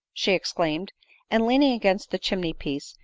she exclaimed and leaning against the chimney-piece,